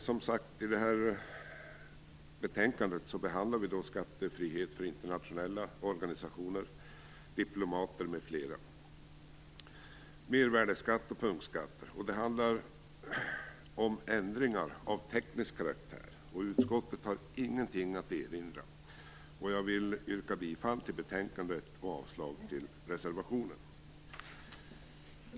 Fru talman! I det här betänkandet behandlar vi, som sagt, skattefrihet för internationella organisationer, diplomater m.fl. - mervärdesskatt och punktskatter. Det handlar om ändringar av teknisk karaktär. Utskottet har ingenting att erinra. Jag yrkar bifall till utskottets hemställan och avslag på reservationen.